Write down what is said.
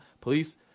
Police